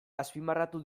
azpimarratu